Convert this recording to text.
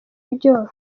ryo